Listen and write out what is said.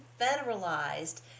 federalized